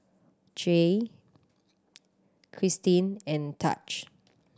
Jair Christin and Taj